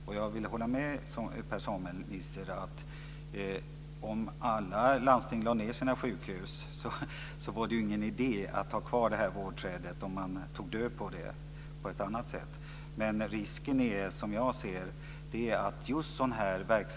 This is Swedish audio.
Om alla landsting lade ned sina sjukhus vore det ingen idé att ha kvar vårdträdet om man tog död på det på något annat sätt, det kan jag hålla med Per Samuel Nisser om.